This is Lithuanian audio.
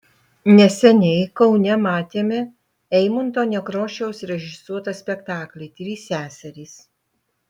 neseniai kaune matėme eimunto nekrošiaus režisuotą spektaklį trys seserys